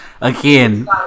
again